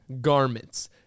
garments